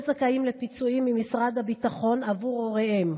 זכאים לפיצויים ממשרד הביטחון עבור הוריהם,